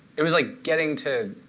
it was like getting to